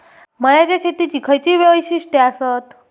मळ्याच्या शेतीची खयची वैशिष्ठ आसत?